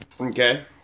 Okay